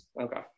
Okay